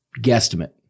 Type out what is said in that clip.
guesstimate